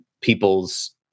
people's